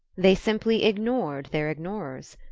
they simply ignored their ignorers.